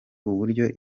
uburyo